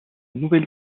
nouvelle